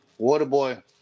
Waterboy